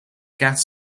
gas